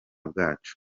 bwacu